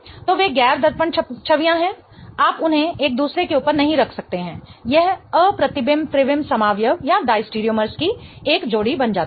तो वे गैर दर्पण छवियां हैं आप उन्हें एक दूसरे के ऊपर नहीं रख सकते हैं यह अप्रतिबिंब त्रिविम समावयव डायस्टेरोमर्स की एक जोड़ी बन जाती है